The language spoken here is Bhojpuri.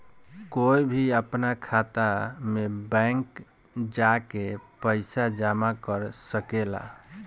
कोई भी आपन खाता मे बैंक जा के पइसा जामा कर सकेला